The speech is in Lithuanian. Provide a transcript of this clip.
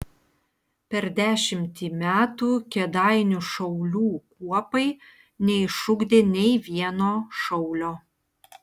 per dešimtį metų kėdainių šaulių kuopai neišugdė nei vieno šaulio